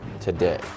today